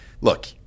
look